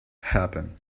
happen